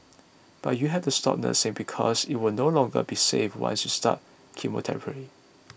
but you have to stop nursing because it will no longer be safe once you start chemotherapy